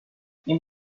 این